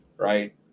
Right